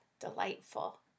delightful